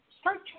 start